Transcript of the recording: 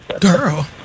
Girl